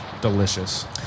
delicious